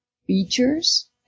features